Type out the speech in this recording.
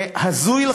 הזוי.